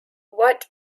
what